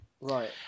Right